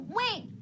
wait